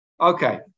Okay